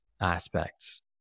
aspects